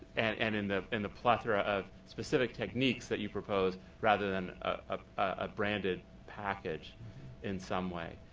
and and in the in the plethora of specific techniques that you propose rather than a branded package in some way.